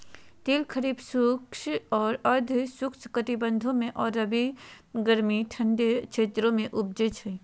तिल खरीफ शुष्क और अर्ध शुष्क कटिबंधों में और रबी गर्मी ठंडे क्षेत्रों में उपजै हइ